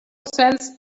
sense